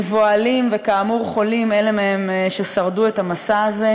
מבוהלים וכאמור חולים, אלה מהם ששרדו את המסע הזה,